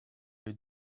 les